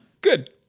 Good